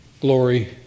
glory